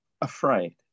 afraid